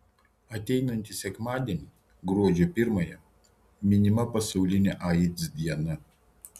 ateinantį sekmadienį gruodžio pirmąją minima pasaulinė aids diena